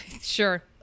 sure